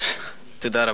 תודה רבה.